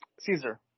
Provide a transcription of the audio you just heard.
Caesar